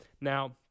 Now